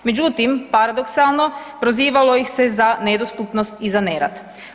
Međutim, paradoksalno prozivalo ih se za nedostupnost i za nerad.